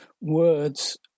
words